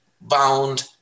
bound